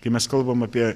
kai mes kalbam apie